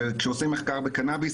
וכשעושים מחקר בקנאביס,